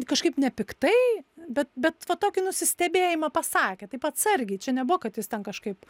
kažkaip nepiktai bet bet va tokį nusistebėjimą pasakė taip atsargiai čia nebuvo kad jis ten kažkaip